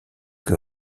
que